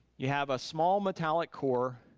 you have a small metallic core,